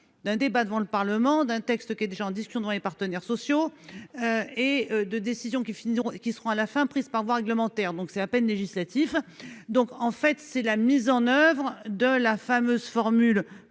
d'un débat devant le parlement d'un texte qui est déjà en discussion devant les partenaires sociaux et de décisions qui finiront qui seront à la fin, prise par voie réglementaire, donc c'est à peine législatif, donc en fait, c'est la mise en oeuvre de la fameuse formule